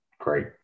great